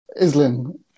Island